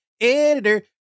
editor